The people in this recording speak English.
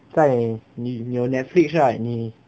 在你你有 Netflix right 你